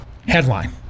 Headline